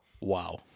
Wow